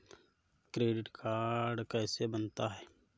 Credit card कैसे बनता है?